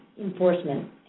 Enforcement